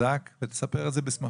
חזק ותספר את זה בשמחות.